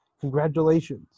Congratulations